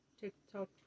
TikTok